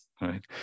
Right